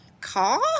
Call